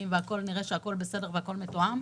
והכול נראה שהכול בסדר והכול מתואם?